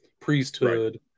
Priesthood